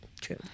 True